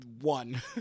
one